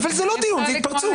זה לא דיון, זה התפרצות.